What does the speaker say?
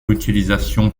utilisations